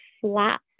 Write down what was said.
flat